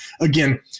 again